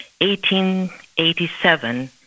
1887